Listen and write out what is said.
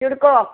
CIDCO